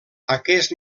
aquest